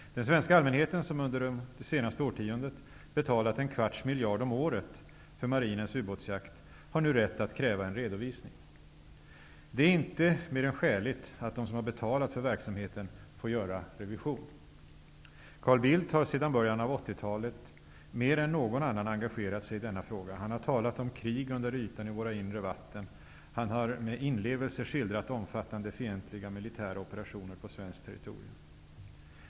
Den svenska allmänheten, som under det senaste årtiondet betalat en kvarts miljard om året för marinens ubåtsjakt, har nu rätt att kräva en redovisning. Det är inte mer än skäligt att de som har betalat för verksamheten får göra revision. Carl Bildt har sedan början på 80-talet mer än någon annan engagerat sig i denna fråga. Han har talat om krig under ytan i våra inre vatten. Han har med inlevelse skildrat omfattande fientliga militära operationer på svenskt territorium.